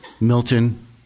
Milton